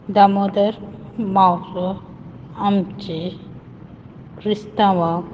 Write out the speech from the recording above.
दामोदर मावजो आमचे क्रिस्तांवाक